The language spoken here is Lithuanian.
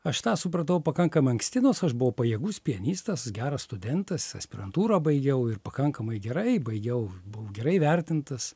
aš tą supratau pakankamai anksti nors aš buvau pajėgus pianistas geras studentas aspirantūrą baigiau ir pakankamai gerai baigiau buvau gerai įvertintas